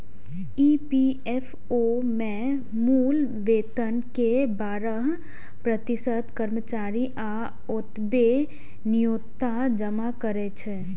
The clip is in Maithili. ई.पी.एफ.ओ मे मूल वेतन के बारह प्रतिशत कर्मचारी आ ओतबे नियोक्ता जमा करै छै